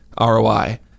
ROI